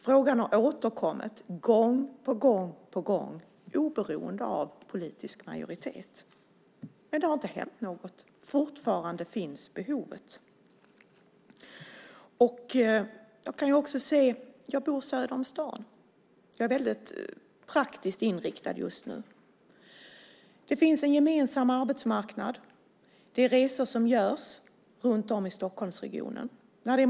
Frågan har återkommit gång på gång, oberoende av politisk majoritet. Men det har inte hänt något. Fortfarande finns behovet. Jag bor söder om stan och är väldigt praktiskt inriktad just nu. Det finns en gemensam arbetsmarknad. Det görs resor runt om i Stockholmsregionen.